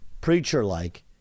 preacher-like